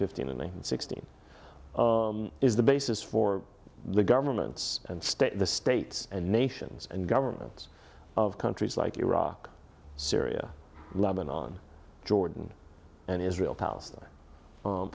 fifteen and sixteen is the basis for the governments and state the states and nations and governments of countries like iraq syria lebanon jordan and israel palestine